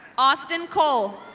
austin cole.